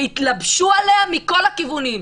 והתלבשו עליה מכל הכיוונים.